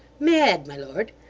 mad, my lord